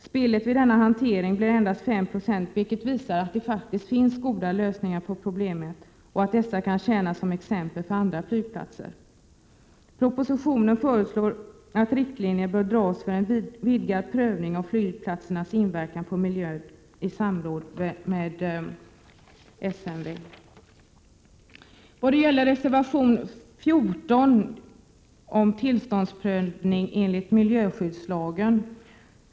Spillet blir vid denna hantering endast 5 96, vilket visar att det finns goda lösningar på problemet. Dessa försök kan tjäna som exempel för andra flygplatser. I propositionen föreslås att riktlinjer dras upp i samråd med statens naturvårdsverk för en vidgad prövning av flygplatsernas inverkan på miljön. Reservation 14 handlar om tillståndsprövning enligt miljöskyddslagen.